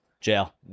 Jail